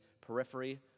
periphery